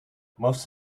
most